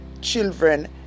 children